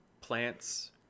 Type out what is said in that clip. plants